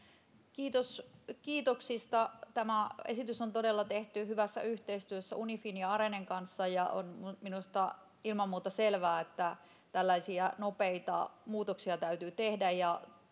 kiitos kiitoksista tämä esitys on todella tehty hyvässä yhteistyössä unifin ja arenen kanssa on minusta ilman muuta selvää että tällaisia nopeita muutoksia täytyy tehdä ja